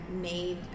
made